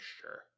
sure